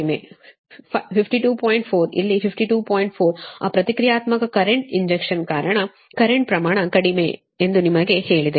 4 ಆ ಪ್ರತಿಕ್ರಿಯಾತ್ಮಕ current injection ಕಾರಣ ಕರೆಂಟ್ ಪ್ರಮಾಣ ಕಡಿಮೆ ಎಂದು ನಿಮಗೆ ಹೇಳಿದೆ